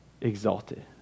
exalted